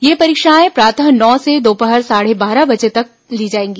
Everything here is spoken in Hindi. ये परीक्षाएं प्रातः नौ से दोपहर साढ़े बारह बजे तक ली जाएंगी